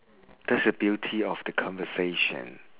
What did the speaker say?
that's the beauty of the conversation